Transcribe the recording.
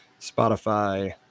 spotify